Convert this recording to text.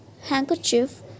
handkerchief